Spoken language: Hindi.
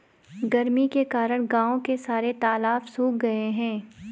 गर्मी के कारण गांव के सारे तालाब सुख से गए हैं